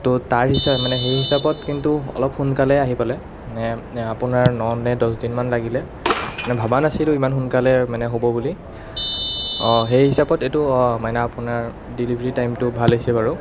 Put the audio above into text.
তো তাৰ হিচা মানে সেই হিচাপত মানে সেই হিচাপত কিন্তু অলপ সোনকালে আহি পালে মানে আপোনাৰ ন নে দহ দিনমান লাগিলে মানে ভবা নাছিলোঁ ইমান সোনকালে মানে হ'ব বুলি অঁ সেই হিচাপত এইটো মাইনা আপোনাৰ ডেলিভাৰী টাইমটো ভাল হৈছে বাৰু